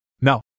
No